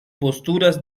posturas